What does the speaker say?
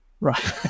right